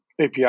API